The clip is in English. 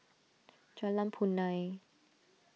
Jalan Punai